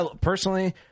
Personally